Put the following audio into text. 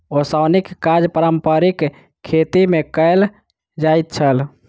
ओसौनीक काज पारंपारिक खेती मे कयल जाइत छल